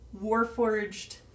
Warforged